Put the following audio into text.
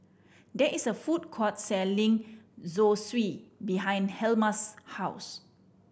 there is a food court selling Zosui behind Helma's house